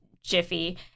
jiffy